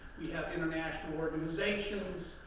we have international organizations,